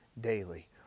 daily